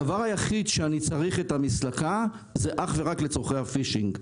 הדבר היחידי שאני צריך את המסלקה עבורו הוא לצורכי Fishing: